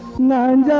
nine